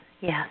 yes